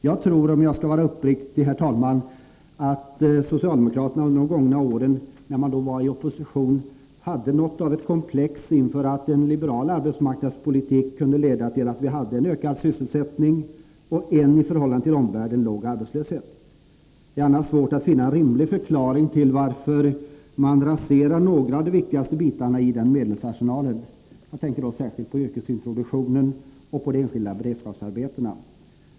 Jag tror, om jag skall vara uppriktig, herr talman, att socialdemokraterna under de gångna åren, då man var i opposition, hade något av ett komplex inför att en liberal arbetsmarknadspolitik hade kunnat leda till att vi hade en ökad sysselsättning och en i förhållande till omvärlden låg arbetslöshet. Det är annars svårt att finna en rimlig förklaring till varför man raserar några av de viktigaste bitarna i den medelsarsenalen. Jag tänker då särskilt på yrkesintroduktionen och på de enskilda beredskapsarbetena.